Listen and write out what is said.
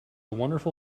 wonderful